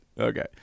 Okay